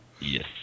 Yes